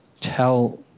Tell